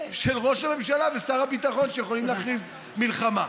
שראש הממשלה ושר הביטחון יכולים להכריז על מלחמה.